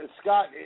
Scott